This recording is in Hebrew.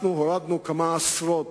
אנחנו הורדנו מהכביש כמה עשרות